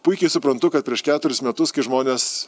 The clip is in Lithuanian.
puikiai suprantu kad prieš keturis metus kai žmonės